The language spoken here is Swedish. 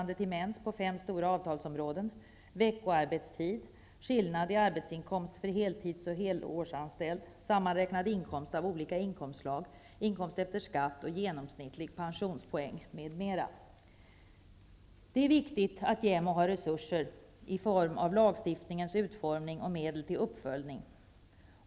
Där anges bl.a. Det är viktigt att JämO har resurser genom lagstiftningens utformning och genom medel till uppföljning.